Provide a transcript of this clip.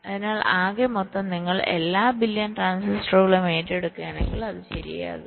അതിനാൽ ആകെ മൊത്തം നിങ്ങൾ എല്ലാ ബില്യൺ ട്രാൻസിസ്റ്ററുകളും ഏറ്റെടുക്കുകയാണെങ്കിൽ അത് ശരിയാകും